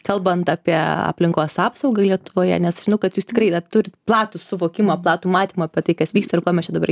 kalbant apie aplinkos apsaugą lietuvoje nes žinau kad jūs tikrai dar turit platų suvokimą platų matymą apie tai kas vyksta ir ko mes čia dabar